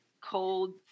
cold